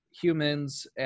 humans